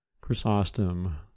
chrysostom